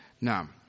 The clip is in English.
Now